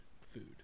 food